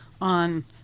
on